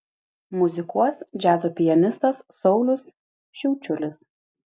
muzikuos džiazo pianistas saulius šiaučiulis